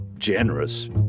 Generous